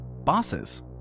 bosses